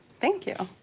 thank you.